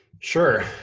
sure,